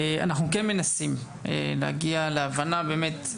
אנחנו כן מנסים להגיע להבנה באמת.